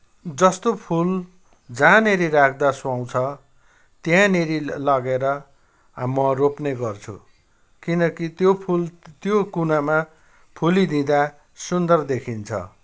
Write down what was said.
जस्तो फुल जहाँनिर राख्दाँ सुहाउँछ त्यहाँनिर लगेर म रोप्नेगर्छु किनकि त्यो फुल त्यो कुनामा फुलिदिँदा सुन्दर देखिन्छ